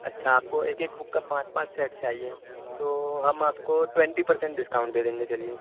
اچھا آپ کو ایک ایک بک کا پانچ پانچ سیٹ چاہیے تو ہم آپ کو ٹوئنٹی پر سنٹ ڈسکاؤنٹ دے دیں گے چلیے